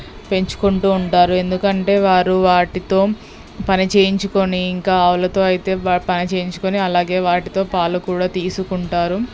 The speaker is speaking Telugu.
పెంచుకుంటూ ఉంటారు ఎందుకంటే వారు వాటితో పని చేయించుకుని ఇంకా ఆవులతో అయితే పని చేయించుకుని అలాగే వాటితో పాలు కూడా తీసుకుంటారు